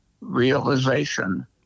Realization